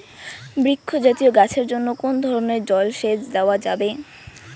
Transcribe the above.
বৃক্ষ জাতীয় গাছের জন্য কোন ধরণের জল সেচ দেওয়া যাবে?